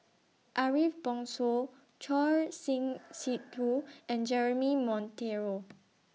Ariff Bongso Choor Singh Sidhu and Jeremy Monteiro